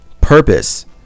purpose